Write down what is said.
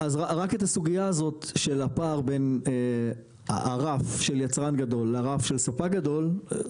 אז רק את הסוגייה הזאת של הפער בין הרף של יצרן גדול לרף של ספק גדול,